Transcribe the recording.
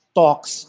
talks